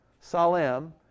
Salem